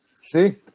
See